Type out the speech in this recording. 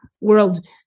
world